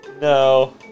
No